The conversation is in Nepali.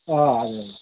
अँ हजुर